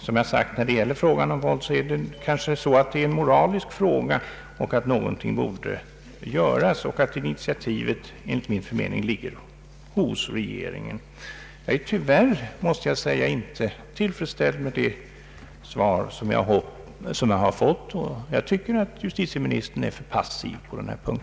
Som jag sagt tidigare så är kanske detta med våldsmetoder en moralisk fråga. Någonting borde göras, och initiativet ligger enligt min mening hos regeringen. Jag är, tyvärr måste jag säga, inte tillfredsställd med det svar jag har fått, och jag tycker att justitieministern är för passiv på denna punkt.